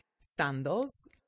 sandals